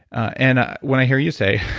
and when i hear you say,